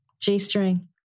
G-string